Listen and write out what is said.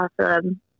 awesome